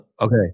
Okay